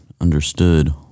understood